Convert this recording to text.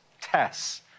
tests